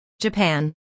Japan